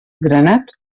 granat